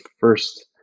first